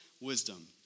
wisdom